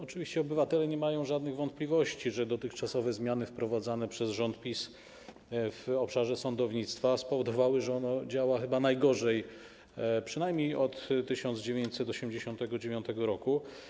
Oczywiście obywatele nie mają żadnych wątpliwości, że dotychczasowe zmiany wprowadzane przez rząd PiS w obszarze sądownictwa spowodowały, że ono działa chyba najgorzej, przynajmniej od 1989 r.